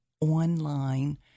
online